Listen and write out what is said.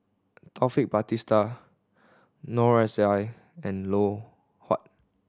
Taufik Batisah Noor S I and Loh Huat